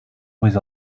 with